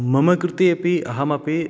मम कृते अपि अहमपि